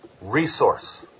resource